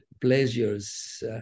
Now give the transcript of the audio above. pleasures